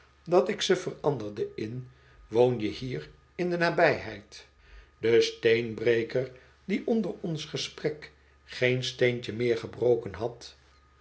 dat ik ze veranderde in woon je hier in de nabijheid de steenbreker die onder ons gesprek geen steentje meer gebroken had